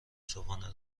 صبحانه